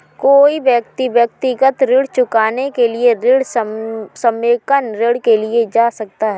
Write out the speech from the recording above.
कोई व्यक्ति व्यक्तिगत ऋण चुकाने के लिए ऋण समेकन ऋण के लिए जा सकता है